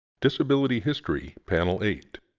disability history panel eight,